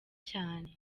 cyane